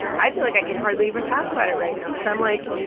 i feel like i can hardly even talk about it right now because i'm, like,